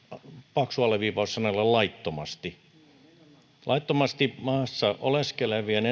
paksu alleviivaus sanalle laittomasti laittomasti maassa oleskelevien